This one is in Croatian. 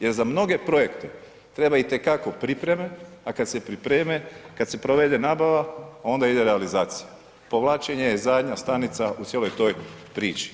Jer za mnoge projekte treba i te kako pripreme, a kad se pripreme kad se provede nabava onda ide realizacija, povlačenje je zadnja stanica u cijeloj toj priči.